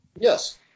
Yes